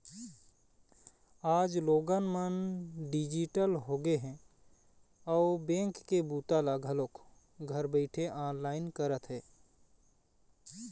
आज लोगन मन डिजिटल होगे हे अउ बेंक के बूता ल घलोक घर बइठे ऑनलाईन करत हे